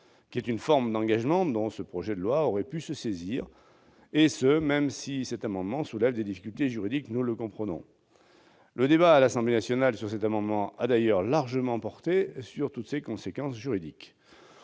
qui est une forme d'engagement dont ce projet de loi aurait pu traiter, et ce même si cet amendement soulève des difficultés juridiques, nous le comprenons. Le débat à l'Assemblée nationale sur cet amendement a d'ailleurs largement porté sur ces conséquences juridiques.